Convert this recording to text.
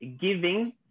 giving